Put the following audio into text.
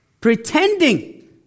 pretending